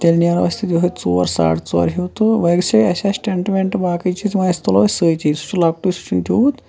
تیٚلہِ نیرو أسۍ تتہ یُہے ژور ساڑٕ ژور ہیٚو تہٕ ویسے اسہِ آسہِ ٹیٚنٹ ویٚنٹ باقی چیٖز وۄنۍ تُلو أسۍ سۭتی سُہ چھُ لَکُٹے سُہ چھُ نہٕ تیوت